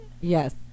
Yes